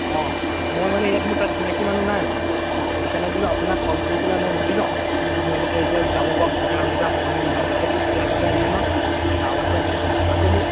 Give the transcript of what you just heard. অঁ মই মানে ইয়াত মোৰ তাত চিনাকী মানুহ নাই মানে বৰ বিশেষকৈ সেইটো কাৰণে বোলো আপোনাক কল কৰি পেলাই মই সুধি লওঁ তাৰমানে এনেকৈ এতিয়া যাব পৰা সুবিধা এতিয়া হ'বনে নহয় তাত একো দিগদাৰ চিগদাৰ নাই নহ্ তাৰপাছত আকৌ মোক